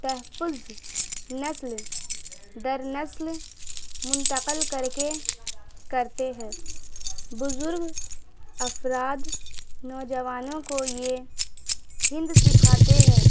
تحفظ نسل در نسل منتقل کر کے کرتے ہیں بزرگ افراد نوجوانوں کو یہ ہند سکھاتے ہیں